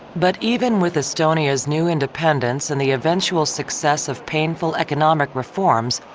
but even with estonia's new independence and the eventual success of painful economic reforms,